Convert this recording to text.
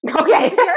Okay